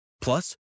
Plus